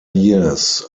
years